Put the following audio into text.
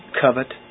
covet